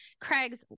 Craig's